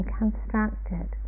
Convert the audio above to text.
constructed